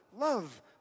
love